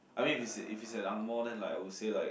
I mean if is if is an Ang-Moh then like I will say like